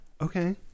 Okay